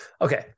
Okay